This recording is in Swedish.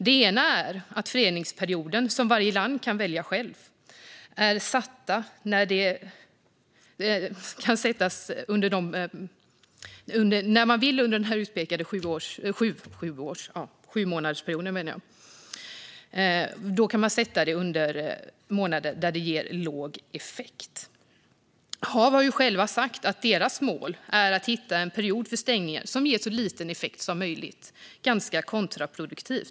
Det ena är att fredningsperioden, som varje land kan sätta när man vill under den utpekade sjumånadersperioden, sätts under månader som ger låg effekt. HaV har själva sagt att deras mål är att hitta en period för stängningen som ger så liten effekt som möjligt - ganska kontraproduktivt.